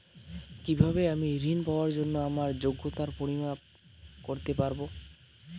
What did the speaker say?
কিভাবে আমি ঋন পাওয়ার জন্য আমার যোগ্যতার পরিমাপ করতে পারব?